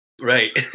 Right